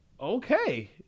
okay